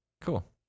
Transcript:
cool